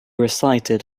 recited